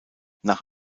nach